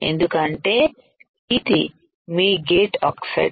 ఎందుకంటే ఇది మీ గేట్ ఆక్సైడ్